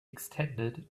extended